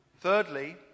Thirdly